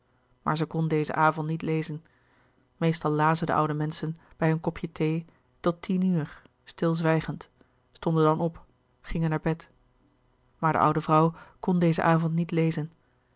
maar zij kon dezen avond niet lezen meestal lazen de oude menschen bij hun kopje thee tot tien uur stilzwijgend stonden dan op gingen naar bed maar de oude vrouw kon dezen avond niet lezen